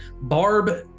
Barb